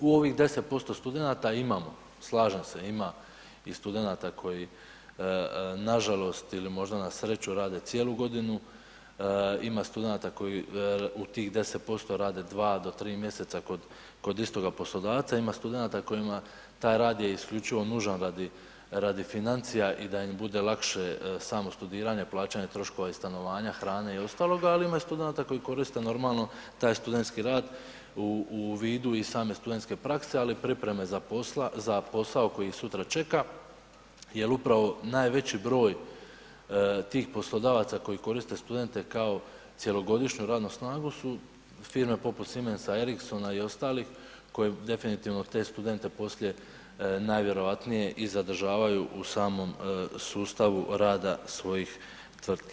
U ovih 10% studenata imamo, slažem se ima i studenata koji nažalost ili možda na sreću rade cijelu godinu, ima studenata koji u tih 10% rade 2 do 3 mjeseca kod, kod istoga poslodavca, ima studenata kojima taj rad je isključivo nužan radi financija i da im bude lakše samo studiranje, plaćanje troškova i stanovanja, hrane i ostaloga, ali ima i studenata koji koriste normalno taj studentski rad u vidu i same studentske prakse ali i pripreme za posao koji ih sutra čeka jer upravo najveći broj tih poslodavaca koji koriste studente kao cjelogodišnju radnu snagu su firme poput Siemensa, Ericssona i ostalih koji definitivno te studente poslije najvjerojatnije i zadržavaju u samom sustavu rada svojih tvrtki.